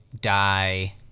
die